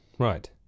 right